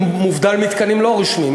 מובדל מתקנים לא רשמיים.